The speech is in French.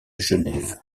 genève